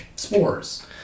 Spores